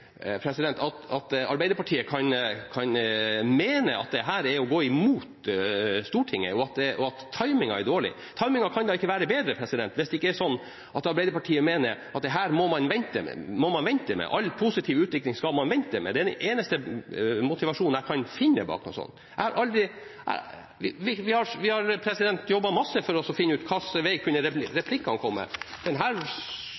at Arbeiderpartiet kan mene at dette er å gå imot Stortinget, og at timingen er dårlig. Timingen kan da ikke være bedre, hvis det ikke er slik at Arbeiderpartiet mener at dette må man vente med – all positiv utvikling skal man vente med. Det er den eneste motivasjonen jeg kan finne for noe slikt. Vi har jobbet mye for å finne ut hva slags vei replikkene kunne komme. Denne skjøt de slik at jeg nesten satt forstyrret igjen. Her